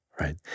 right